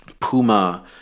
puma